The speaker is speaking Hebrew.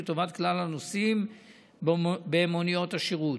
לטובת כלל הנוסעים במוניות השירות.